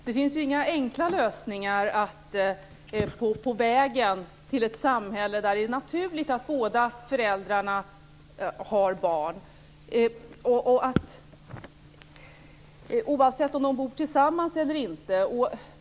Fru talman! Det finns ju inga enkla lösningar på vägen till ett samhälle där det är naturligt att båda föräldrarna har ansvar för sina barn, oavsett om de bor tillsammans eller inte.